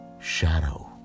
shadow